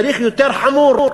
צריך יותר חמור.